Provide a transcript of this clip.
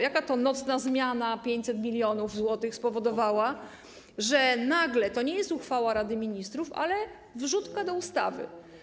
Jaka to nocna zmiana - 500 mln zł - spowodowała, że nagle to nie jest uchwała Rady Ministrów, ale wrzutka do ustawy?